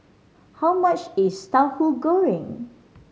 how much is Tahu Goreng